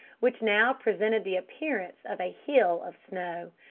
which now presented the appearance of a hill of snow.